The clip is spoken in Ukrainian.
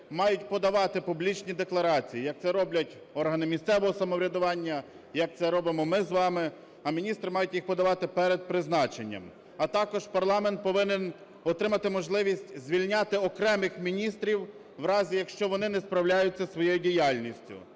міністри мають подавати публічні декларації, як це роблять органи місцевого самоврядування, як це робимо ми з вами, а міністри мають їх подавати перед призначенням. А також парламент повинен отримати можливість звільняти окремих міністрів в разі, якщо вони не справляються із своєю діяльністю.